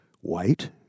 white